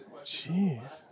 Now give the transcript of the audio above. Jeez